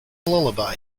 lullaby